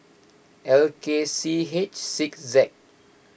L K C H six Z